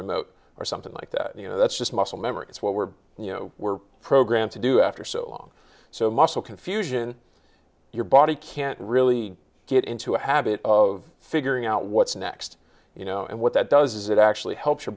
remote or something like that you know that's just muscle memory that's what we're you know we're programmed to do after so long so muscle confusion your body can't really get into a habit of figuring out what's next you know and what that does is it actually helps your